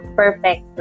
perfect